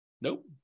Nope